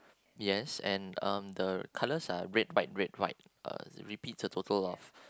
yes and um the colours are red white red white uh repeat a total of